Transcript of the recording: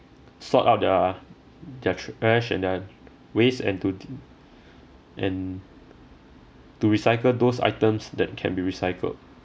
sort out their their trash and their waste and to t~ and to recycle those items that can be recycled